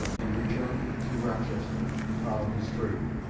and returned to rochester to follow his trade.